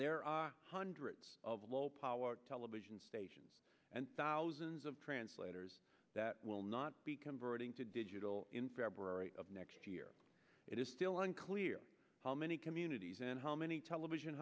there are hundreds of low powered television stations and thousands of translators that will not be converting to digital in february of next year it is still unclear how many communities and how many television